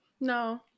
No